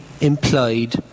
implied